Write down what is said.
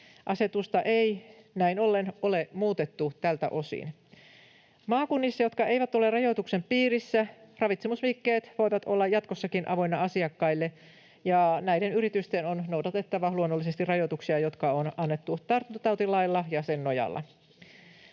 Asetusta ei näin ollen ole muutettu tältä osin. Maakunnissa, jotka eivät ole rajoituksen piirissä, ravitsemusliikkeet voivat olla jatkossakin avoinna asiakkaille, ja näiden yritysten on noudatettava luonnollisesti rajoituksia, jotka on annettu tartuntatautilailla ja sen nojalla.